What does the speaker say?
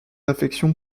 affectation